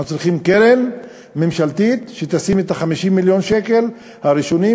אנחנו צריכים קרן ממשלתית שתשים את 50 מיליון השקל הראשונים,